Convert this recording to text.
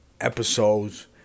episodes